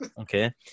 Okay